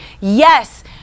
Yes